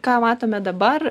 ką matome dabar